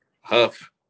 Huff